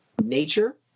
nature